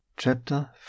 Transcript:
Chapter